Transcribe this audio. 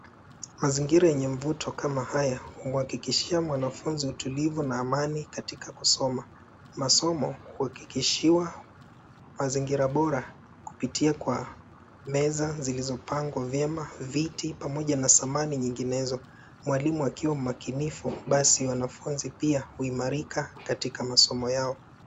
Mazingira yenye mvuto kama haya humwakikishia mwanafunzi utulivu na amani katika kusoma. Masomo huhakikishiwa mazingira bora kupitia kwa meza zilizopangwa vyema, viti pamoja na samani nyinginezo. Mwalimu akiwa mmakinifu basi wanafunzi pia huimarika katika masomo yao.